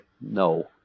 no